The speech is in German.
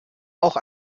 auch